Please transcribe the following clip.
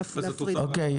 אוקיי.